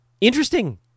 interesting